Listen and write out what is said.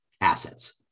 assets